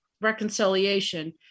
reconciliation